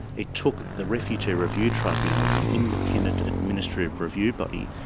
it took the refugee review tribunal, the independent administrative review body,